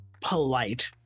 polite